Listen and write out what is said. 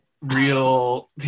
real